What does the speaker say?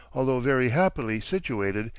although very happily situated,